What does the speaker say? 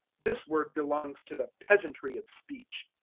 this word belongs to the peasantry of speech.